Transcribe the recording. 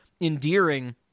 endearing